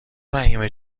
فهیمه